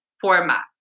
format